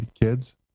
kids